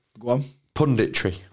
Punditry